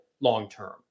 long-term